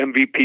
MVP